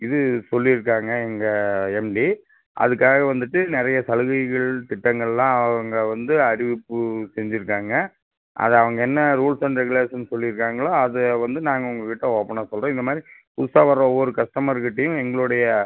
இது சொல்லியிருக்காங்க எங்கள் எம்டி அதுக்காக வந்துவிட்டு நிறைய சலுகைகள் திட்டங்கள்லாம் அவங்க வந்து அறிவிப்பு செஞ்சுருக்காங்க அதை அவங்க என்ன ரூல்ஸ் அண்ட் ரெகுலேஷன்ஸ் சொல்லியிருக்கங்களோ அது வந்து நாங்கள் உங்கள் கிட்டே ஓப்பனாக சொல்கிறோம் இந்த மாதிரி புதுசாக வர ஒவ்வொரு கஸ்டமரு கிட்டேயும் எங்களுடைய